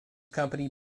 company